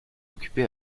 occupé